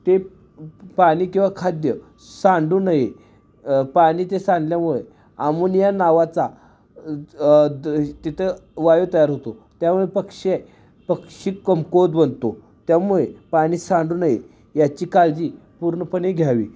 ते पाणी किंवा खाद्य सांडू नये पाणी ते सांडल्यामुळे आमोनिया नावाचा द तिथं वायू तयार होतो त्यामुळे पक्षी पक्षी कमकुवत बनतो त्यामुळे पाणी सांडू नये याची काळजी पूर्णपणे घ्यावी